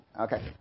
Okay